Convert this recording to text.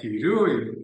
tiriu ir